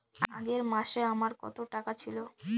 আগের মাসে আমার কত টাকা ছিল?